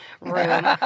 room